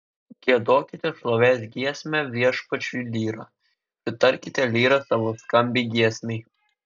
giedokite šlovės giesmę viešpačiui lyra pritarkite lyra savo skambiai giesmei